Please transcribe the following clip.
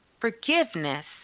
forgiveness